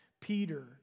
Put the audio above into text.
Peter